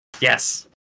Yes